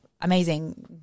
Amazing